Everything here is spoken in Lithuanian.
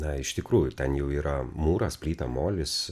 na iš tikrųjų ten jau yra mūras plyta molis